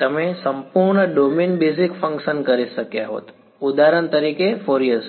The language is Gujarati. તમે સંપૂર્ણ ડોમેન બેઝિસ ફંક્શન્સ કરી શક્યા હોત ઉદાહરણ તરીકે ફોરિયર સિરીઝ